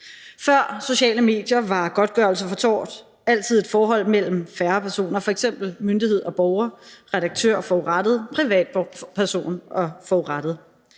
var sociale medier, var godtgørelse for tort altid et forhold mellem færre personer, f.eks. myndighed og borger, redaktør og forurettede, privatperson og forurettede.